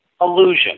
Illusion